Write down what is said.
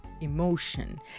emotion